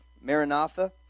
Maranatha